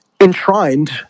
enshrined